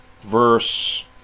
verse